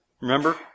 Remember